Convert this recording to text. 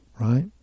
right